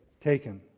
taken